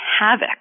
havoc